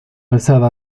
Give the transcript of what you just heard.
alzada